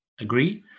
agree